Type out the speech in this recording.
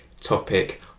topic